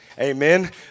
Amen